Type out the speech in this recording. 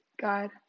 God